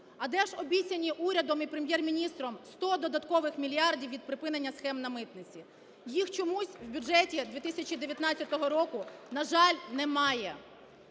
А де ж обіцяні урядом і Прем'єр-міністром 100 додаткових мільярдів від припинення схем на митниці? Їх чомусь в бюджеті 2019 року, на жаль, немає.